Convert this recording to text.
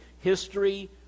history